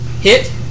Hit